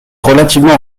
relativement